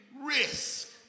risk